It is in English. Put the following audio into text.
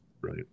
Right